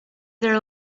their